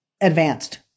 advanced